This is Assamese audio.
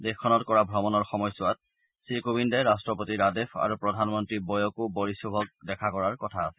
দেশখনত কৰা ভ্ৰমণৰ সময়ছোৱাত শ্ৰীকোবিন্দে ৰাট্টপতি ৰাডেফ আৰু প্ৰধানমন্ত্ৰী ব'য়কো বৰিছোভক দেখা কৰাৰ কথা আছে